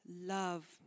love